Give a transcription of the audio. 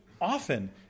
often